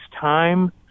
time